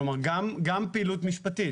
כלומר גם פעילות משפטית,